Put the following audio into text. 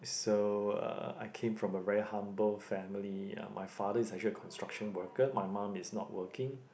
so uh I came from a very humble family uh my father is actually a construction worker my mum is not working